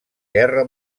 guerra